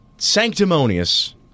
sanctimonious